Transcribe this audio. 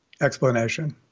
explanation